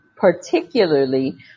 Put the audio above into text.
particularly